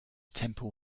temple